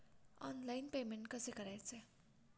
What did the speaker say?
Online payment कसे करायचे?